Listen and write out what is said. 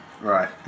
Right